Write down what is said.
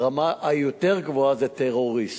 הרמה היותר גבוהה זה טרוריסט.